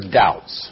doubts